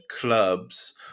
clubs